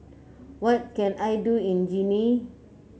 what can I do in Guinea